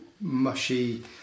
mushy